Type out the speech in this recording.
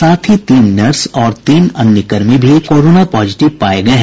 साथ ही तीन नर्स और तीन अन्य कर्मी को भी कोरोना पॉजिटिव पाया गया है